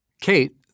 Kate